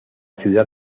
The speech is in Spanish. ciudad